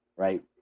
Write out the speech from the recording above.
Right